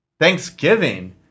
Thanksgiving